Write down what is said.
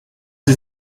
sie